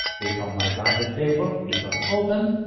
click on my budget table, click on open.